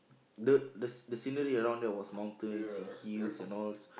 the the the scenery around there was mountains and hills and all